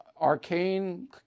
arcane